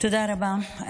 תודה רבה.